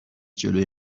جلوی